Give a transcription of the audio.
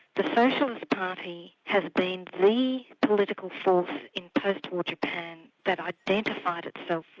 the socialist party has been the political force in post-war japan that identified itself